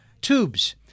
tubes